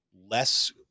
less